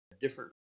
different